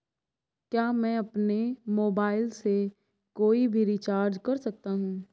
क्या मैं अपने मोबाइल से कोई भी रिचार्ज कर सकता हूँ?